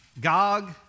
Gog